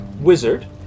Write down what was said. wizard